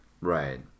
Right